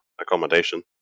accommodation